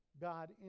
God